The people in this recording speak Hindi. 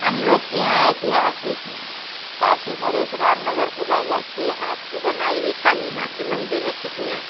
हम लोग के यहाँ ऐतिहासिक काशी नरेश रामनगर के राजा के हाथ के बनाई हुई काली माँ की मंदिर है चकियाँ